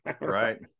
right